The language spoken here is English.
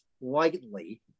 lightly